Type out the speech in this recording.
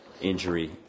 injury